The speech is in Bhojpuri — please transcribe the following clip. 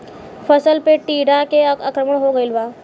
फसल पे टीडा के आक्रमण हो गइल बा?